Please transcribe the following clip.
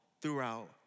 throughout